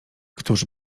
któż